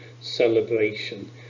celebration